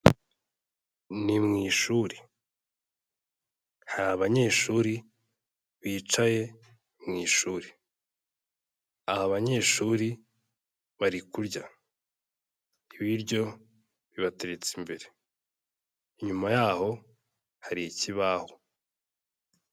Ni mu ishuri, hari abanyeshuri bicaye mu ishuri , aba banyeshuri bari kurya ibiryo bibateretse imbere, inyuma yaho hari ikibaho.